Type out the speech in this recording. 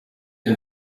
can